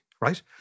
right